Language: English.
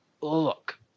look